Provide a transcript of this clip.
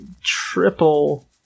triple